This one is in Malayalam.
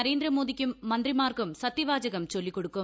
നരേന്ദ്രമോദിക്കും മന്ത്രിമാർക്കും സത്യവാചകം ചൊല്ലിക്കൊടുക്കും